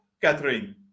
Catherine